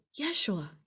Yeshua